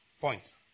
point